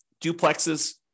duplexes